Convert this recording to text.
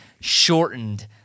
shortened